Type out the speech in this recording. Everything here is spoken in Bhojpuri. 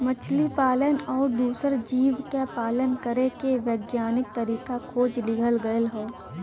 मछली पालन आउर दूसर जीव क पालन करे के वैज्ञानिक तरीका खोज लिहल गयल हौ